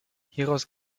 hieraus